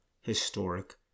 Historic